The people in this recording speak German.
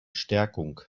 stärkung